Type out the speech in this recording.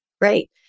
Great